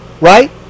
right